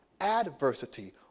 adversity